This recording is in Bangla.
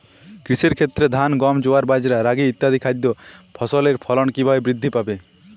কৃষির ক্ষেত্রে ধান গম জোয়ার বাজরা রাগি ইত্যাদি খাদ্য ফসলের ফলন কীভাবে বৃদ্ধি পাবে?